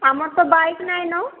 ଆମର ତ ବାଇକ ନାଇଁନ